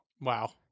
Wow